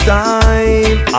time